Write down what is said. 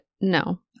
no